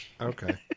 Okay